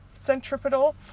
centripetal